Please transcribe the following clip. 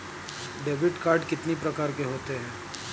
Debit card कितनी प्रकार के होते हैं?